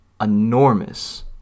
enormous